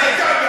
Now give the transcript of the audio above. אז אתה בעד,